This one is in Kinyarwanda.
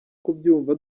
kubyumva